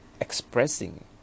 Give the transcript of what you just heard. expressing